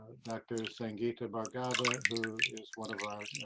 dr. sangeeta bhargava, who is one of our